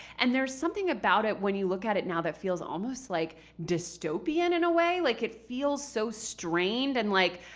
and there's something about it, when you look at it now, that feels almost like dystopian in a way. like it feels so strained and like,